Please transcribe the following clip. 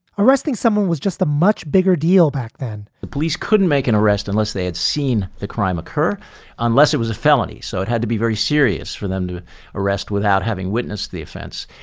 arresting someone was just a much bigger deal back then the police couldn't make an arrest unless they had seen the crime occur unless it was a felony. so it had to be very serious for them to arrest without having witnessed the offence.